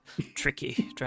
Tricky